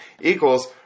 equals